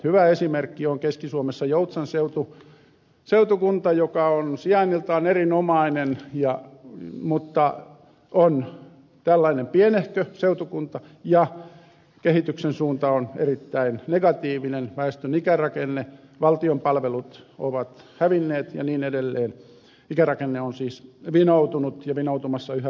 hyvä esimerkki on keski suomessa joutsan seutukunta joka on sijainniltaan erinomainen mutta on tällainen pienehkö seutukunta jossa kehityksen suunta on erittäin negatiivinen väestön ikärakenne on vinoutunut ja vinoutumassa yhä voimakkaammin valtion palvelut ovat hävinneet ja niin edelleen